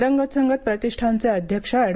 रंगत संगत प्रतिष्ठानचे अध्यक्ष अॅड